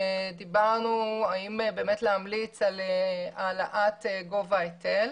דיברנו אם להמליץ על העלאת גובה ההיטל.